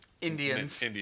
Indians